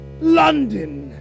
London